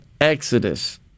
exodus